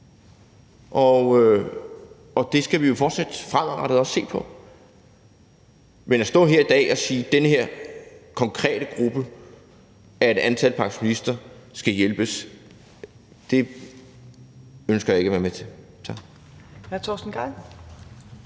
og det skal vi jo fortsat fremadrettet også se på, men at stå her i dag og sige, at den her konkrete gruppe bestående af et antal pensionister skal hjælpes, ønsker jeg ikke at være med til. Tak.